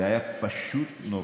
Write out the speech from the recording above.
זה היה פשוט נורא.